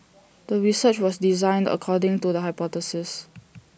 the research was designed according to the hypothesis